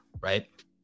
right